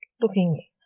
Looking